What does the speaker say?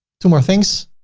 two more things.